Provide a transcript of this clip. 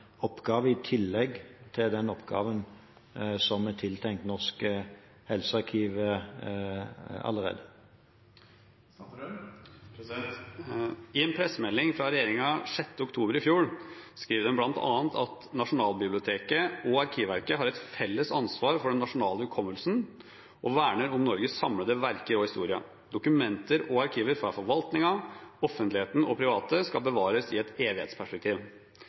oppgave som kommer i tillegg til oppgaver som allerede er tiltenkt Norsk helsearkiv. I en pressemelding fra regjeringen den 6. oktober i fjor skriver de bl.a.: «Nasjonalbiblioteket og Arkivverket har et felles ansvar for den nasjonale hukommelsen, og verner om Norges samlede verker og historie. Dokumenter og arkiver fra forvaltningen, offentligheten og private skal bevares i et evighetsperspektiv.»